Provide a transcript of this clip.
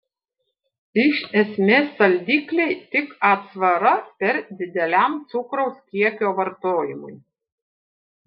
iš esmės saldikliai tik atsvara per dideliam cukraus kiekio vartojimui